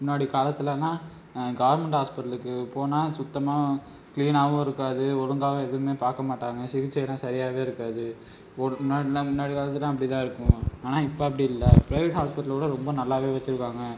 முன்னாடி காலத்திலல்லாம் கவர்மெண்ட் ஹாஸ்பிட்டலுக்குப் போனால் சுத்தமாக கிளீனாகவும் இருக்காது ஒழுங்காவும் எதுவும் பார்க்கமாட்டாங்க சிகிச்சையெலாம் சரியாகவே இருக்காது முன்னாடியெலாம் அப்படி தான் இருக்கும் ஆனா இப்ப அப்டி இல்லை பிரைவேட் ஹாஸ்பிட்டலோட ரொம்ப நல்லாவே வச்சுருக்காங்க